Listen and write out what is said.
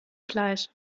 gleich